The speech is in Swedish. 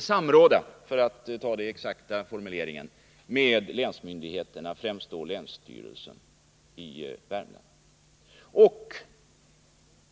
skall samråda, för att ta den exakta formuleringen, med länsmyndigheterna, främst då länsstyrelsen i Värmland.